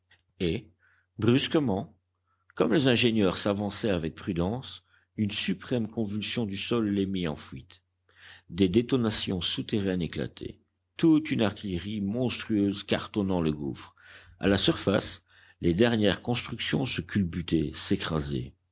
et brusquement comme les ingénieurs s'avançaient avec prudence une suprême convulsion du sol les mit en fuite des détonations souterraines éclataient toute une artillerie monstrueuse canonnant le gouffre a la surface les dernières constructions se